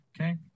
Okay